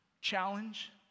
Challenge